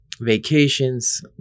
vacations